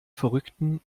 verrückten